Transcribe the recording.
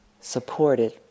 supported